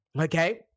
okay